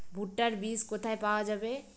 ভুট্টার বিজ কোথায় পাওয়া যাবে?